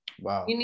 wow